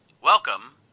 Welcome